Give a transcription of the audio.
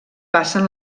passen